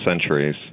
centuries